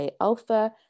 alpha